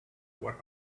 what